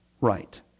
Right